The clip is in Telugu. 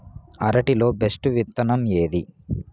అరటి లో బెస్టు విత్తనం ఏది?